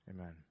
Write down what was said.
Amen